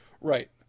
Right